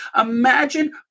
Imagine